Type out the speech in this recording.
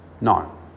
no